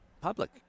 public